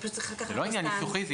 זה לא עניין ניסוחי.